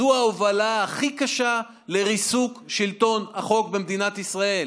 זו ההובלה הכי קשה לריסוק שלטון החוק במדינת ישראל.